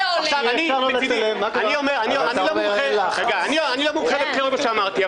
אני לא מומחה לבחירות יותר ממה שאמרתי.